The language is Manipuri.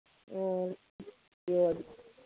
ꯑꯣ